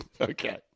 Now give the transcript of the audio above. Okay